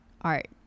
art